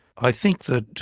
i think that